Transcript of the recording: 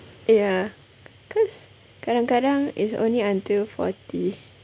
ya cause kadang-kadang it's only until forty